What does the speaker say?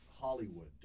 Hollywood